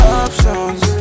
options